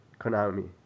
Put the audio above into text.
Konami